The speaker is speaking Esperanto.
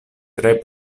tre